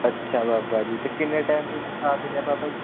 ਅੱਛਾ ਬਾਬਾ ਜੀ ਅਤੇ ਕਿੰਨੇ ਟਾਈਮ 'ਚ ਸਿਖਾ ਦਿੰਦੇ ਆ ਬਾਬਾ ਜੀ